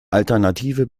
alternative